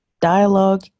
dialogue